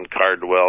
Cardwell